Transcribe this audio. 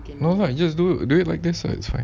no lah you just do it like this lah it's fine